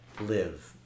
live